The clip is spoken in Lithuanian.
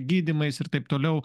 gydymais ir taip toliau